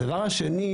הדבר השני,